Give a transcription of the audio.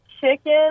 chicken